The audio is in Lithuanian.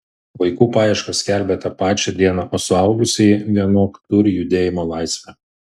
vaikų paiešką skelbia tą pačią dieną o suaugusieji vienok turi judėjimo laisvę